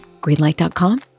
Greenlight.com